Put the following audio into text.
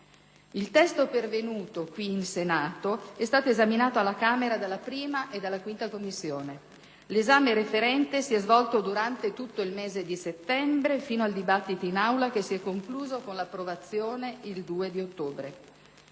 Il testo pervenuto in Senato è stato esaminato alla Camera dei deputati dalla I e dalla V Commissione. L'esame referente si è svolto durante tutto il mese di settembre fino al dibattito in Aula che si è concluso con l'approvazione il 2 ottobre.